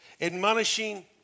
admonishing